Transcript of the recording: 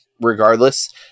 regardless